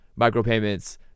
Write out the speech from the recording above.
micropayments